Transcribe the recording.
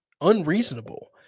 unreasonable